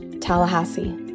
Tallahassee